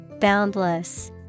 Boundless